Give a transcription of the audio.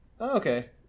okay